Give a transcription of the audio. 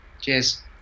cheers